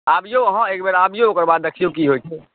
अबियौ अहाँ एक बेर अबियौ ओकर बाद देखियौ की होइत छै